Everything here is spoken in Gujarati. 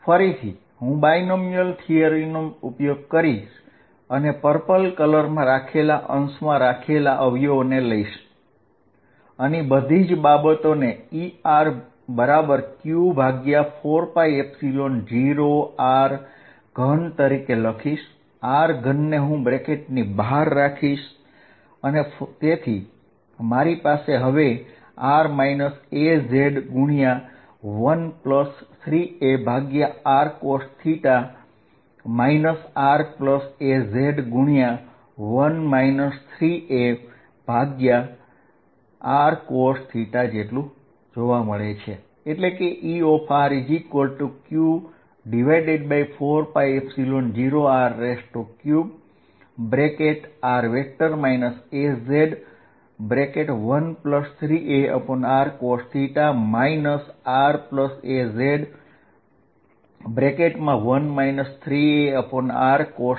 ફરીથી હું બાયનોમિઅલ થિયરમનો ઉપયોગ કરીશ અને પર્પલ કલરમાં રાખેલા અવયવો ને અંશ માં લઈશ તો Erq4π0r3r az13arcosθ raz1 3arcosθ આ રીતે લખી શકીશ